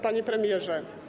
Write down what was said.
Panie Premierze!